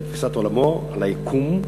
זאת תפיסת עולמו על היקום.